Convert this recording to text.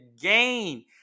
gain